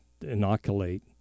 inoculate